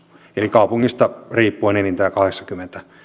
eli kaupungista riippuen enintään kahdeksankymmentä